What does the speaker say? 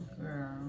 Girl